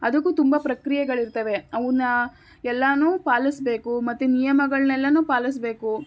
ಅದಕ್ಕು ತುಂಬ ಪ್ರಕ್ರಿಯೆಗಳಿರ್ತವೆ ಅವನ್ನ ಎಲ್ಲಾನು ಪಾಲಿಸ್ಬೇಕು ಮತ್ತು ನಿಯಮಗಳನ್ನೆಲ್ಲಾನು ಪಾಲಿಸ್ಬೇಕು